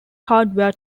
hardware